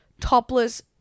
topless